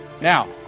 Now